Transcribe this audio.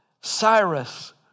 Cyrus